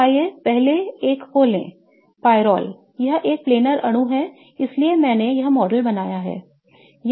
तो आइए पहले एक को लें pyrrole यह एक प्लैनर अणु है इसलिए मैंने यह मॉडल बनाया है